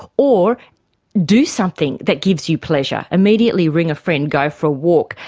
or do something that gives you pleasure, immediately ring a friend, go for a walk,